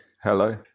Hello